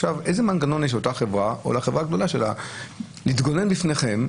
איזה מנגנון יש לאותה חברה או לחברה הגדולה להתגונן בפניכם,